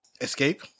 Escape